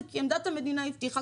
זה כי עמדת המדינה הבטיחה,